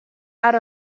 out